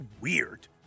weird